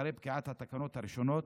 אחרי פקיעת התקנות הראשונות,